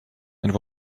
and